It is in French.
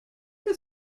que